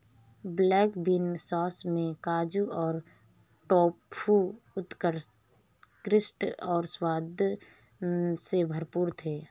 black bean sauce में काजू और टोफू उत्कृष्ट और स्वाद से भरपूर थे